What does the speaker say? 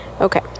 Okay